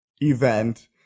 event